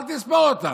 אל תספור אותם.